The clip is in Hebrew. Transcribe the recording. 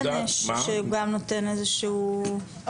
שגם נותן איזשהו --- מה?